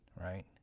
right